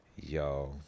yo